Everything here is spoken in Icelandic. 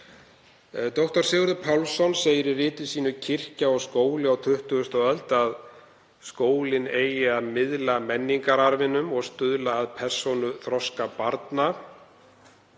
Dr. Sigurður Pálsson segir í riti sínu Kirkja og skóli á 20. öld að skólinn eigi að miðla menningararfinum og stuðla að persónuþroska barna.